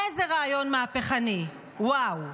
איזה רעיון מהפכני, וואו.